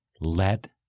let